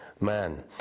man